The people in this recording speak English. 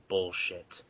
Bullshit